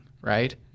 right